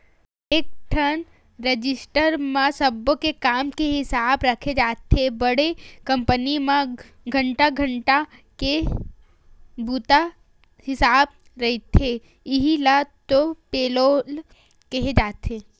एकठन रजिस्टर म सब्बो के काम के हिसाब राखे जाथे बड़े कंपनी म घंटा घंटा के बूता हिसाब राखथे इहीं ल तो पेलोल केहे जाथे